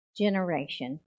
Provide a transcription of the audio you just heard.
generation